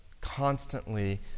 constantly